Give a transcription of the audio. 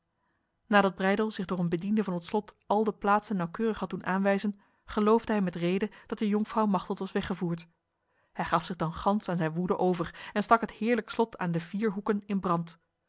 nadat breydel zich door een bediende van het slot al de plaatsen nauwkeurig had doen aanwijzen geloofde hij met rede dat de jonkvrouw machteld was weggevoerd hij gaf zich dan gans aan zijn woede over en stak het heerlijk slot aan de vier hoeken in brand